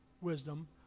wisdom